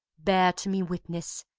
bear to me witness,